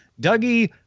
Dougie